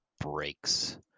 breaks